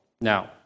Now